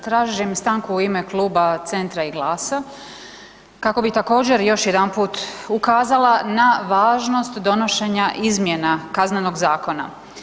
Tražim stanku u ime kluba Centra i GLAS-a kako bi također još jedanput ukazala na važnost donošenja izmjena Kaznenog zakona.